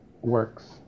works